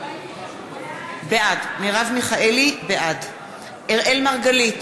בעד אראל מרגלית,